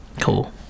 Cool